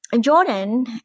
Jordan